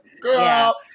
Girl